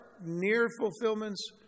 near-fulfillments